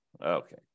Okay